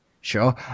Sure